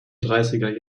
dreißiger